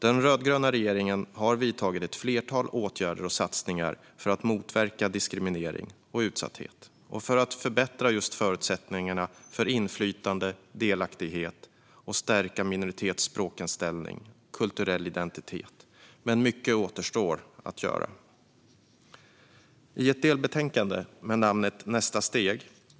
Den rödgröna regeringen har vidtagit ett flertal åtgärder och gjort ett flertal satsningar för att motverka diskriminering och utsatthet, förbättra förutsättningarna för inflytande och delaktighet samt stärka minoritetsspråkens ställning och minoriteternas kulturella identitet. Mycket återstår dock att göra. I ett delbetänkande med namnet Nästa steg?